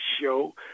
show